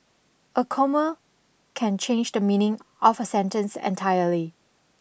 a comma can change the meaning of a sentence entirely